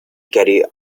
gary